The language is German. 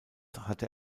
hatte